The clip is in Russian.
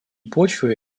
почвы